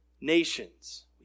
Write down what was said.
nations